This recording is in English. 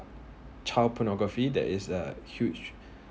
child pornography that is uh huge